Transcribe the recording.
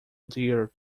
dear